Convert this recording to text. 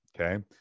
Okay